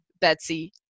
Betsy